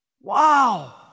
Wow